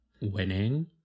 winning